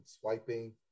swiping